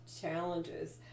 challenges